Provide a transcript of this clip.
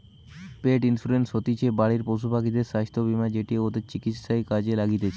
পেট insurance হতিছে বাড়ির পশুপাখিদের স্বাস্থ্য বীমা যেটি ওদের চিকিৎসায় কাজে লাগতিছে